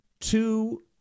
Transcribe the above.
two